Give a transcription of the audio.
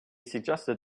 suggested